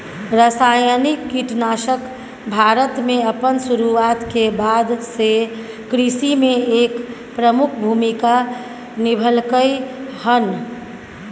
रासायनिक कीटनाशक भारत में अपन शुरुआत के बाद से कृषि में एक प्रमुख भूमिका निभलकय हन